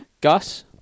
Gus